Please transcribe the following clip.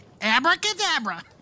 Abracadabra